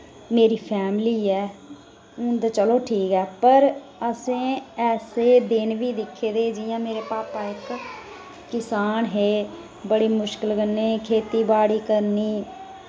मेरी फैमली ऐ हुन ते चलो ठीक ऐ पर असें ऐसे दिन बी दिक्खे दे जि'यां मेरे पापा इक किसान हे बड़ी मुश्कल कन्नै खेती बाड़ी करनी